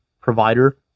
provider